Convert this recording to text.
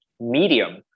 medium